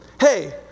hey